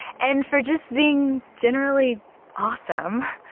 and for just being generally awesome.